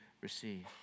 receive